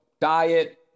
diet